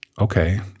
okay